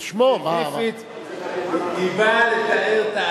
זה גם באנגלית.